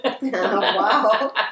Wow